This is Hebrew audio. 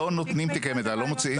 לא מוציאים תיקי מידע.